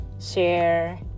share